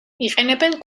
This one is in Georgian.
იყენებენ